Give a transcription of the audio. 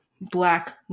Black